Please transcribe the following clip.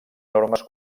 normes